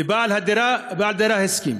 ובעל הדירה הסכים.